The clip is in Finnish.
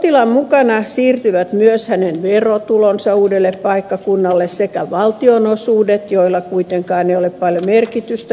potilaan mukana siirtyvät myös hänen verotulonsa uudelle paikkakunnalle sekä valtionosuudet joilla kuitenkaan ei ole paljon merkitystä pääkaupunkiseudulla